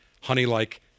honey-like